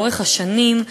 לאורך השנים,